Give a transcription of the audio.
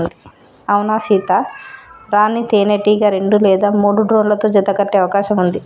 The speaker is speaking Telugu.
అవునా సీత, రాణీ తేనెటీగ రెండు లేదా మూడు డ్రోన్లతో జత కట్టె అవకాశం ఉంది